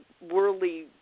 worldly